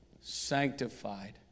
sanctified